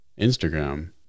Instagram